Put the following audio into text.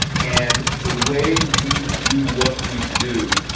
and the way we do what we do,